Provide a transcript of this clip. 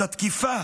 את התקיפה